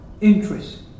interest